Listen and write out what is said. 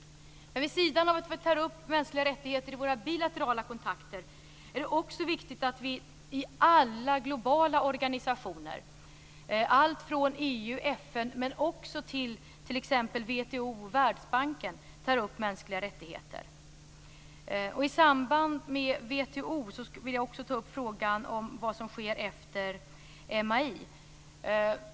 Vid sidan av att vi tar upp mänskliga rättigheter i våra bilaterala kontakter är det också viktigt att vi i alla globala organisationer - t.ex. EU och FN men också i WTO och i Världsbanken - tar upp mänskliga rättigheter. I samband med WTO vill jag också ta upp frågan om vad som sker efter MAI.